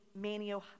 Manio